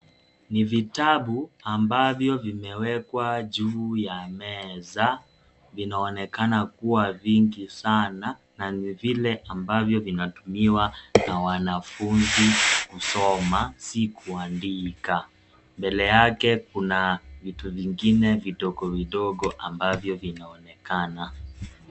Ni vitabu ambavyo vimewekwa juu ya meza, vinaonekana kuwa vingi sana na ni vile ambavyo vinatumiwa na wanafunzi kusoma si kuandika, mbele yake kuna vitu vingine vidogo vidogo ambavyo vinaonekana.